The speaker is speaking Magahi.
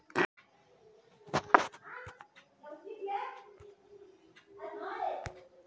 मौसम के पूर्वानुमान करे के दौरान समुद्री क्षेत्र में बने वाला दबाव के भी देखल जाहई